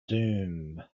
doom